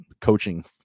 coaching